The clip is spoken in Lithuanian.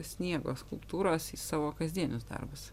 sniego skulptūros į savo kasdienius darbus